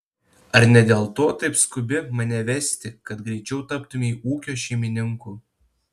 ar ne dėl to taip skubi mane vesti kad greičiau taptumei ūkio šeimininku